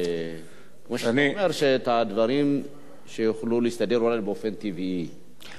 אני אומר שהדברים יוכלו להסתדר באופן טבעי,